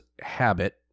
habit